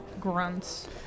grunts